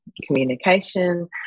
communication